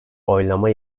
oylama